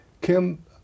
Kim